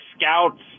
scouts